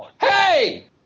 Hey